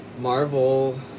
Marvel